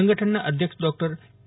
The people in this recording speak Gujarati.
સંગઠનના અધ્યક્ષ ડોકટર કે